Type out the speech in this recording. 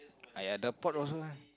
!aiya! the pot also h~